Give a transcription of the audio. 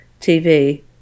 tv